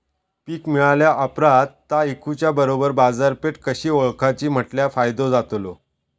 पीक मिळाल्या ऑप्रात ता इकुच्या बरोबर बाजारपेठ कशी ओळखाची म्हटल्या फायदो जातलो?